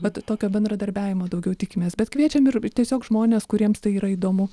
vat tokio bendradarbiavimo daugiau tikimės bet kviečiam ir tiesiog žmones kuriems tai yra įdomu